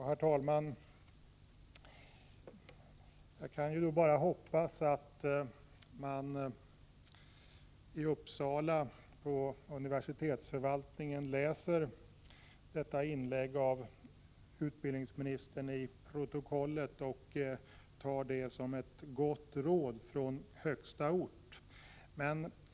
Herr talman! Jag kan då bara hoppas att man inom Uppsala universitetsförvaltning läser detta inlägg av utbildningsministern i protokollet och tar det som ett gott råd från högsta ort.